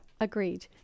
agreed